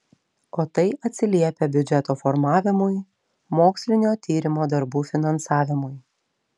o tai atsiliepia biudžeto formavimui mokslinio tyrimo darbų finansavimui